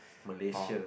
Malaysia